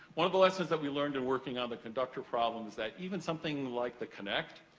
one of the lessons that we learned in working on the conductor problem, is that even something like the kinect,